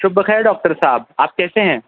صبح بخیر ڈاکٹر صاحب آپ کیسے ہیں